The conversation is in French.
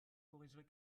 corrigerez